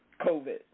COVID